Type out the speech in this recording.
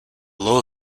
low